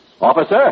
Officer